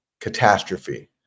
catastrophe